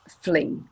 flee